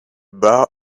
bar